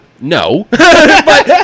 No